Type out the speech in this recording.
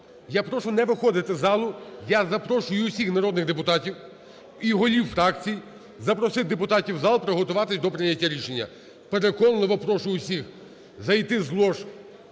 Я прошу не виходити з залу. Я запрошую усіх народних депутатів, і голів фракцій запросити депутатів у зал, приготуватись до прийняття рішення. Переконливо прошу усіх зайти з лож